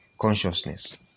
Consciousness